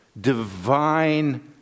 divine